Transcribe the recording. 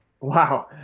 Wow